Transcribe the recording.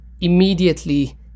Immediately